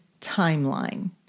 timeline